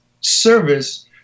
service